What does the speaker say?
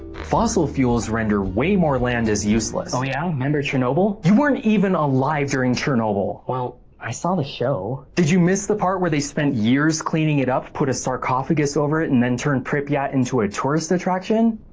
fossil fuels render way more land as useless, oh yeah, memba chernobyl? you weren't even alive during chernobyl. well, i saw the show. did you miss the part where they spent years cleaning it up, put a sarcophagus over it, and then turned pripyat into a tourist attraction,